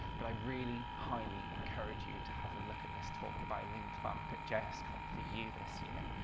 but i really highly encourage you to have a look at this talk by lin clarke at jsconf eu this year.